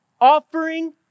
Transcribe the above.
offering